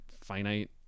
finite